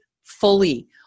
fully